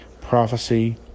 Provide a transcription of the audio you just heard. Prophecy